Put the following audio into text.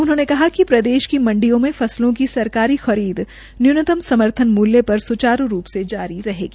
उन्होंने कहा कि प्रदेश की मंडियों में फसलों की सरकारी खरीद न्यूनतम समर्थन मूल्य पर सुचारू रूप से जारी रहेगी